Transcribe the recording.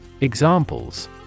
Examples